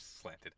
Slanted